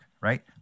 Right